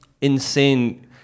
insane